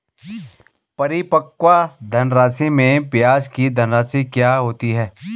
परिपक्व धनराशि में ब्याज की धनराशि क्या होती है?